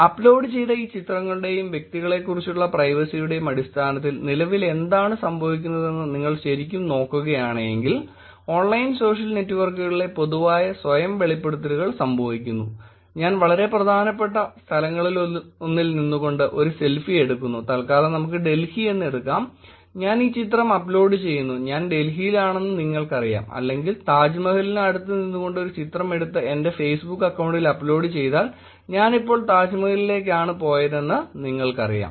അപ്ലോഡുചെയ്ത ഈ ചിത്രങ്ങളുടെയും വ്യക്തികളെക്കുറിച്ചുള്ള പ്രൈവസിയുടെയും അടിസ്ഥാനത്തിൽ നിലവിൽ എന്താണ് സംഭവിക്കുന്നതെന്ന് നിങ്ങൾ ശരിക്കും നോക്കുകയാണെങ്കിൽ ഓൺലൈൻ സോഷ്യൽ നെറ്റ്വർക്കുകളിലൂടെ പൊതുവായ സ്വയം വെളിപ്പെടുത്തലുകൾ സംഭവിക്കുന്നു ഞാൻ വളരെ പ്രധാനപ്പെട്ട സ്ഥലങ്ങളിലൊന്നിൽ നിന്നുകൊണ്ട് ഒരു സെൽഫി എടുക്കുന്നു തൽക്കാലം നമുക്ക് ഡൽഹി എന്ന് എടുക്കാം ഞാൻ ഈ ചിത്രം അപ്ലോഡുചെയ്യുന്നു ഞാൻ ഡൽഹിയിലാണെന്ന് നിങ്ങൾക്കറിയാം അല്ലെങ്കിൽ താജ്മഹലിന് അടുത്ത് നിന്നു കൊണ്ട് ഒരു ചിത്രം എടുത്ത് എന്റെ ഫേസ്ബുക്ക് അക്കൌണ്ടിൽ അപ്ലോഡ് ചെയ്താൽ ഞാൻ ഇപ്പോൾ താജ്മഹലിലേക്കാണ് പോയതെന്ന് നിങ്ങൾക്കറിയാം